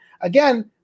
Again